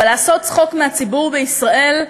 אבל לעשות צחוק מהציבור בישראל,